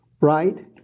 Right